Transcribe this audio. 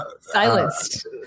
Silenced